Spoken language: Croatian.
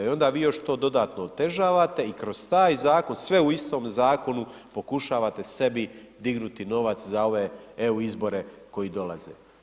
I onda vi to još dodatno otežavate i kroz taj zakon, sve u istom zakonu pokušavate sebi dignuti novac za ove EU izbore koji dolaze.